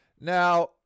Now